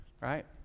right